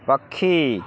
ପକ୍ଷୀ